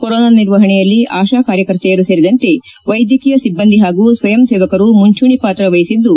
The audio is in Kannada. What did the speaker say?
ಕೊರೋನಾ ನಿರ್ವಪಣೆಯಲ್ಲಿ ಆಶಾ ಕಾರ್ಯಕರ್ತೆಯರು ಸೇರಿದಂತೆ ವೈದ್ಯಕೀಯ ಸಿಬ್ಲಂದಿ ಹಾಗೂ ಸ್ವಯಂ ಸೇವಕರು ಮುಂಚೂಣಿ ಪಾತ್ರ ವಹಿಸಿದ್ದು